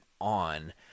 on